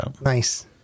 Nice